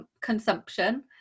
Consumption